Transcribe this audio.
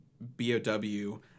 BOW